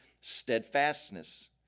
steadfastness